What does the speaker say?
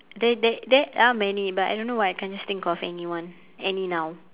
there there there are many but I don't why I can't just think of any one any now